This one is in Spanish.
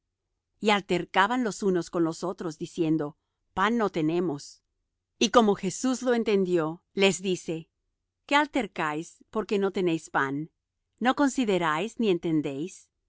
y altercaban los unos con los otros diciendo pan no tenemos y como jesús lo entendió les dice qué altercáis porque no tenéis pan no consideráis ni entendéis